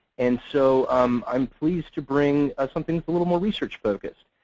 and so um i'm pleased to bring something a little more research focused.